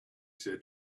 said